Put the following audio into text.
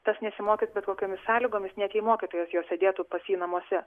tas nesimokys bet kokiomis sąlygomis net jei mokytojas jo sėdėtų pas jį namuose